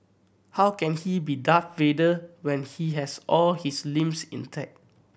how can he be Darth Vader when he has all his limbs intact